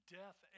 death